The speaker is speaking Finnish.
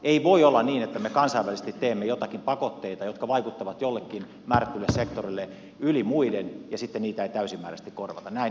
ei voi olla niin että me kansainvälisesti teemme jotakin pakotteita jotka vaikuttavat jollekin määrätylle sektorille yli muiden ja sitten niitä ei täysimääräisesti korvata